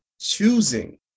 choosing